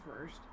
first